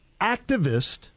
activist